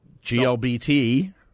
GLBT